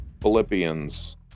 Philippians